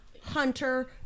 Hunter